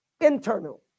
Internal